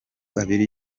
abiri